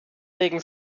wegen